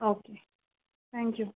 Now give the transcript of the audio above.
okay thank you